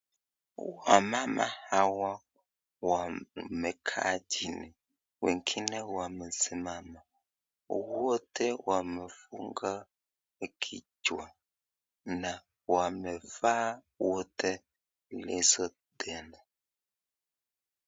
Wamama hawa wamekaa chini wengine wamesimama, wote wamefunga kichwa na wamevaa wote leso tena.